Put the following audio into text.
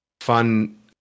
Fun